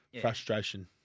Frustration